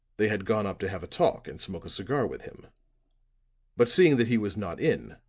they had gone up to have a talk and smoke a cigar with him but seeing that he was not in,